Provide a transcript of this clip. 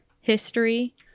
history